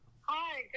Hi